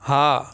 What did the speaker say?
હા